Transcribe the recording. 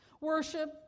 Worship